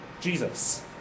Jesus